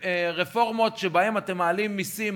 רפורמות שבהן אתם מעלים מסים,